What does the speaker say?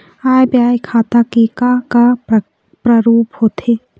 आय व्यय खाता के का का प्रारूप होथे?